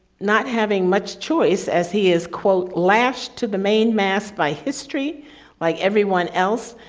not having much choice as he is, quote last to the main mass by history like everyone else,